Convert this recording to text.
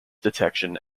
detection